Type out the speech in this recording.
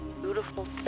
beautiful